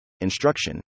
instruction